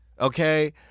okay